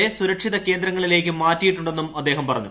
ആൾക്കാരെ സുരക്ഷിത കേന്ദ്രങ്ങളിലേക്ക് മാറ്റിയിട്ടുണ്ടെന്നും അദ്ദേഹം പറഞ്ഞു